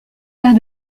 père